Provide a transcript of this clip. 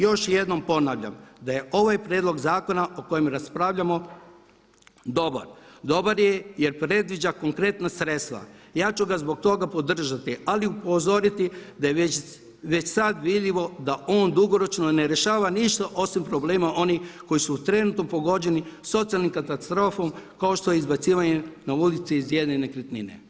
Još jednom ponavljam, da je ovaj prijedlog zakona o kojem raspravljamo dobar, dobar je predviđa konkretna sredstva i ja ću ga zbog toga podržati ali i upozoriti da je već sada vidljivo da on dugoročno ne rješava ništa osim problema onih koji su trenutno pogođeni socijalnim katastrofom kao što je izbacivanje na ulicu iz jedne nekretnine.